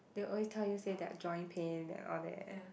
they'll always tell you say their joint pain and all that